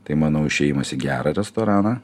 tai manau išėjimas į gerą restoraną